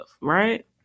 right